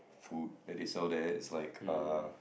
food that they sell there is like uh